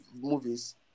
movies